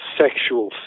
sexual